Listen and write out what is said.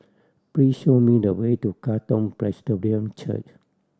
please show me the way to Katong Presbyterian Church